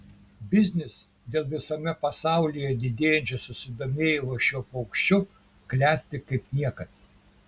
biznis dėl visame pasaulyje didėjančio susidomėjimo šiuo paukščiu klesti kaip niekad